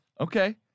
Okay